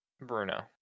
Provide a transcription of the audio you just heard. Bruno